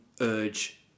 urge